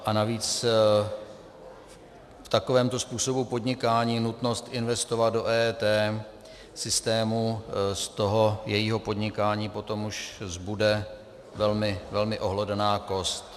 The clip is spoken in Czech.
A navíc v takovémto způsobu podnikání nutnost investovat do EET systému, z toho jejího podnikání potom už zbude velmi, velmi ohlodaná kost.